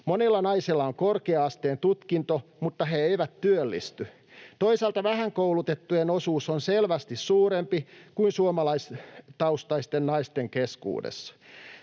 Monilla naisilla on korkea-asteen tutkinto, mutta he eivät työllisty. Toisaalta vähän koulutettujen osuus on selvästi suurempi kuin suomalaistaustaisten naisten keskuudessa.